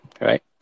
right